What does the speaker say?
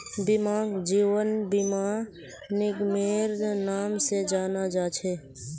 बीमाक जीवन बीमा निगमेर नाम से जाना जा छे